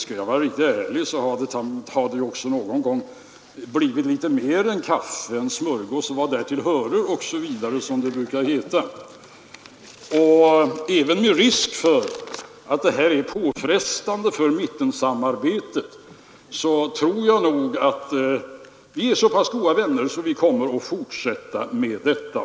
Skall jag vara riktigt ärlig har det någon gång blivit litet mera än kaffe: en smörgås och vad därtill hörer, ”osv.”, som det brukar heta. Även med risk för att detta är påfrestande för mittensamarbetet tror jag nog att vi är så pass goda vänner att vi kommer att fortsätta med detta.